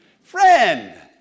Friend